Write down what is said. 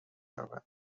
یابد